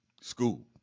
school